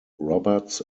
roberts